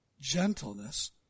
gentleness